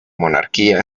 monarquía